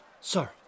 Sir